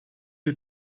you